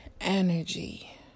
energy